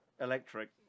Electric